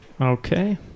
Okay